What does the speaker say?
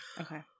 Okay